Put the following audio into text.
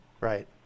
Right